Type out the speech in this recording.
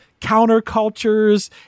countercultures